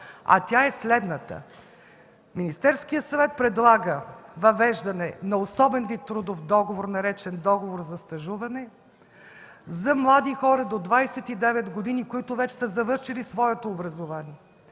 Тя е следната: Министерският съвет предлага въвеждане на особен вид трудов договор, наречен „договор за стажуване” за млади хора до 29 години, които вече са завършили своето образование